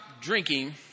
drinking